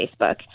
Facebook